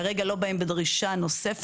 כרגע לא באים בדרישה נוספת.